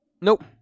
Nope